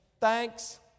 thanks